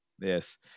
Yes